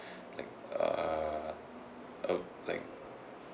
like uh uh like